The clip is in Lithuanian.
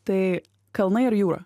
tai kalnai ar jūra